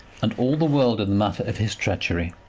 and all the world in the matter of his treachery.